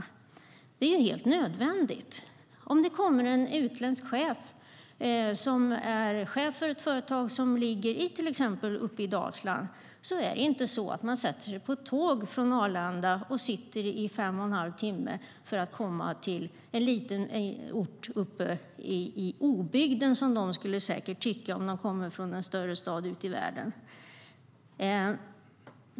Det är ju helt nödvändigt. En utländsk chef som ska besöka ett företag som ligger till exempel uppe i Dalsland sätter sig inte på ett tåg från Arlanda och åker i fem och en halv timme för att komma till en liten ort uppe i obygden, som man säkert skulle tycka om man kommer från en större stad ute i världen.